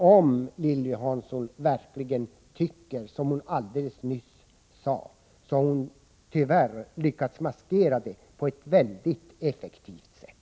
Om Lilly Hansson verkligen tycker som hon alldeles nyss sade, har hon tyvärr lyckats maskera det på ett väldigt effektivt sätt.